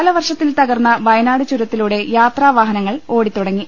കാലവർഷത്തിൽ തകർന്ന വയനാട് ചുരത്തിലൂടെ യാത്രാവാഹനങ്ങൾ ഓടിത്തുടങ്ങി